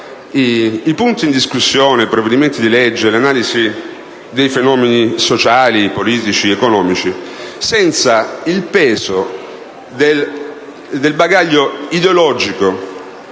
i punti in discussione, i provvedimenti di legge e le analisi dei fenomeni sociali, politici ed economici senza il peso del bagaglio ideologico